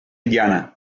llana